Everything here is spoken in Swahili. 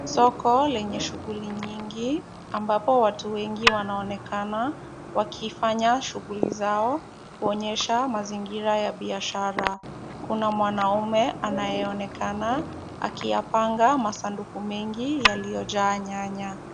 Soko lenye shughuli nyingi, ambapo watu wengi wanaonekana wakifanya shughuli zao, kuonyesha mazingira ya biashara. Kuna mwanaume anayeonekana, akiyapanga masanduku mengi yaliyojaa nyanya.